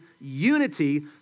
unity